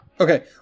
Okay